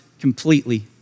completely